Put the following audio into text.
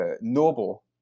noble